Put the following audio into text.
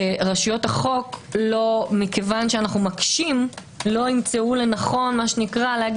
שרשויות החוק כיוון שאנו מקשים לא ימצאו לנכון לומר: